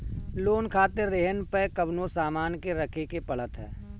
loan खातिर रेहन पअ कवनो सामान के रखे के पड़त हअ